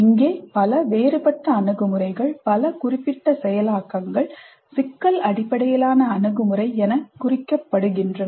இங்கே பல வேறுபட்ட அணுகுமுறைகள் பல குறிப்பிட்ட செயலாக்கங்கள் சிக்கல் அடிப்படையிலான அணுகுமுறை எனக் குறிக்கப்படுகின்றன